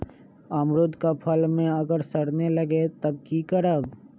अमरुद क फल म अगर सरने लगे तब की करब?